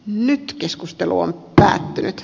nyt keskustelu on päättynyt